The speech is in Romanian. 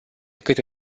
câte